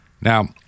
Now